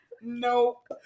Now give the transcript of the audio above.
Nope